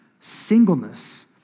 singleness